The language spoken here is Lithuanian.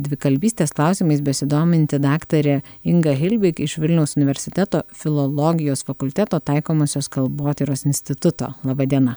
dvikalbystės klausimais besidominti daktarė inga hilbik iš vilniaus universiteto filologijos fakulteto taikomosios kalbotyros instituto laba diena